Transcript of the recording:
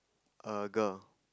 a girl